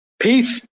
Peace